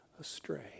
astray